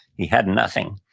he had nothing.